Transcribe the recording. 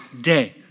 day